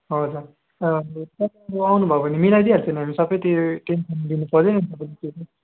हजुर हजुर तपाईँको आउनुभयो भने मिलाइदिई हाल्छौँ नि हामी सबै त्यो टेन्सन लिनुपरेन नि तपाईँले त्यो त